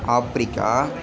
Africa